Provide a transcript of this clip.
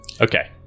Okay